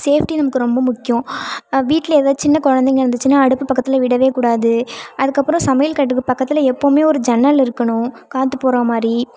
safety நமக்கு ரொம்ப முக்கியம் வீட்டில் எதாவது சின்ன குழந்தைங்க இருந்துச்சுன்னா அடுப்பு பக்கத்தில் விடவே கூடாது அதுக்கப்புறம் சமையல் கட்டுக்கு பக்கத்தில் எப்போவுமே ஒரு ஜன்னல் இருக்கணும் காற்று போகிறா மாதிரி